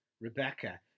Rebecca